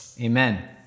Amen